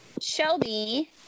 Shelby